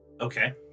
Okay